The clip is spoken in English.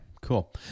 cool